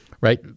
right